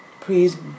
Please